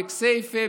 בכסיפה,